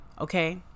okay